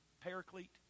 Paraclete